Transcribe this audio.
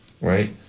right